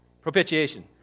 Propitiation